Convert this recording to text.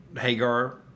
Hagar